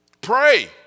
Pray